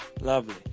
Lovely